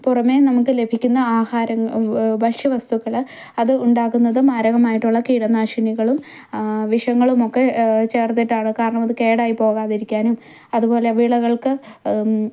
പുറമേ നമുക്ക് ലഭിക്കുന്ന ആഹാരങ്ങ ഭക്ഷ്യവസ്തുക്കൾ അത് ഉണ്ടാക്കുന്നത് മാരകമായിട്ടുള്ള കീടനാശിനികളും വിഷങ്ങളുമൊക്കെ ചേർത്തിട്ടാണ് കാരണം അത് കേടായിപ്പോകാതിരിക്കാനും അതുപോലെ വിളകൾക്ക്